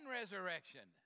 resurrection